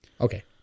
Okay